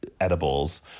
edibles